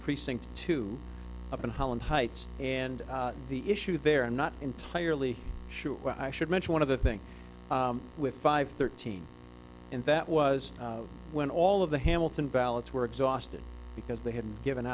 precinct two up in holland heights and the issue there i'm not entirely sure why i should mention one of the thing with five thirteen and that was when all of the hamilton ballots were exhausted because they had given